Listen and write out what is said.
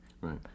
Right